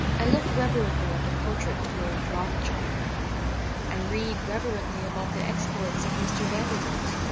i look reverently at the portrait of lord rothschild i read reverently about the exploits of mr. vander bilt.